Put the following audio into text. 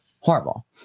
horrible